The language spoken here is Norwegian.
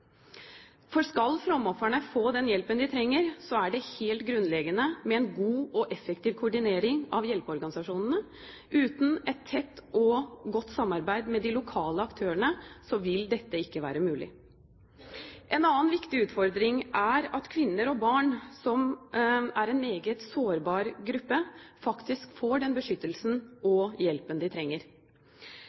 Skal flomofrene få den hjelpen de faktisk trenger, er det helt grunnleggende med en god og effektiv koordinering av hjelpeorganisasjonene. Uten et tett og godt samarbeid med de lokale aktørene vil ikke dette være mulig. En annen viktig utfordring er at kvinner og barn – som er en meget sårbar gruppe – faktisk får den beskyttelsen og hjelpen de trenger.